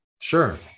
Sure